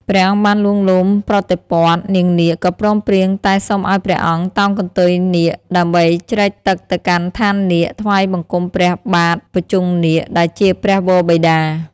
ព្រះអង្គបានលួងលោមប្រតិព័ទ្ធ នាងនាគក៏ព្រមព្រៀងតែសុំឲ្យព្រះអង្គតោងកន្ទុយនាគ ដើម្បីជ្រែកទឹកទៅកាន់ឋាននាគ ថ្វាយបង្គំព្រះបាទភុជង្គនាគដែលជាព្រះវរបិតា ។